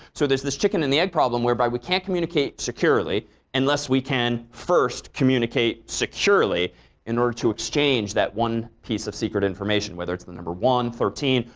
so there's this chicken and the egg problem whereby we can't communicate securely unless we can first communicate securely in order to exchange that one piece of secret information, whether it's the number one, thirteen,